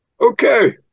Okay